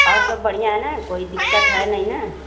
और सब बढ़िया है ना कोई दिक़्क़त है नहीं ना